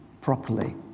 properly